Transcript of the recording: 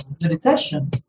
meditation